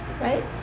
right